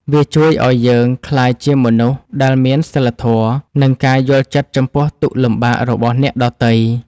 វាជួយឱ្យយើងក្លាយជាមនុស្សដែលមានសីលធម៌ និងការយល់ចិត្តចំពោះទុក្ខលំបាករបស់អ្នកដទៃ